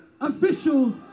officials